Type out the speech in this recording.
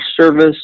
service